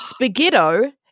Spaghetto